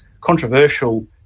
controversial